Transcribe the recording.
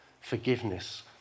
Forgiveness